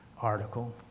article